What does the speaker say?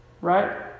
right